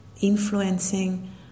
influencing